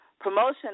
promotion